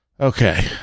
Okay